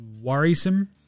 worrisome